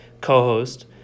co-host